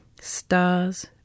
Stars